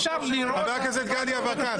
אני מניח חבר הכנסת גדי יברקן,